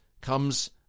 comes